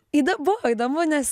įda buvo įdomu nes